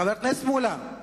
חבר הכנסת מולה.